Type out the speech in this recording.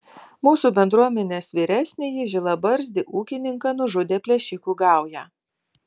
mūsų bendruomenės vyresnįjį žilabarzdį ūkininką nužudė plėšikų gauja